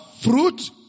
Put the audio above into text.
fruit